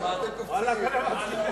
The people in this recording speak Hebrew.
מה אתם קופצים?